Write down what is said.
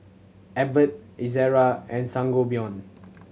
Abbott Ezerra and Sangobion